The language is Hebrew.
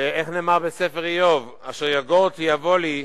איך נאמר בספר איוב, אשר יגורתי יבוא לי,